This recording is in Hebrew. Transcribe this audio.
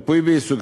ריפוי בעיסוק,